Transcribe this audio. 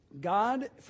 God